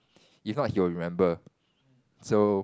if not he will remember so